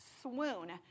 swoon